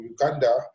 Uganda